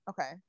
okay